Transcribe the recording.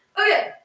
Okay